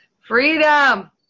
Freedom